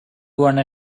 wanna